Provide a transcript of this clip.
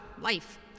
life